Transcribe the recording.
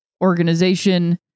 organization